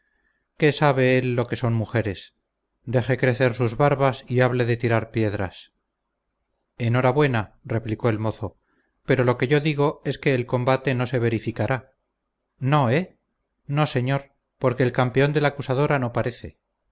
qué sabe él lo que son mujeres deje crecer sus barbas y hable de tirar piedras en hora buena replicó el mozo pero lo que yo digo es que el combate no se verificará no eh no señor porque el campeón de la acusadora no parece